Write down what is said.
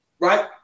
right